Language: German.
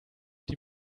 die